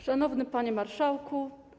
Szanowny Panie Marszałku!